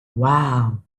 wow